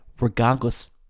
regardless